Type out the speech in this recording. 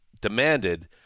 demanded